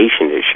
issue